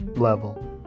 level